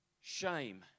shame